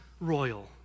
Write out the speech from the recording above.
royal